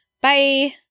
Bye